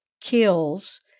kills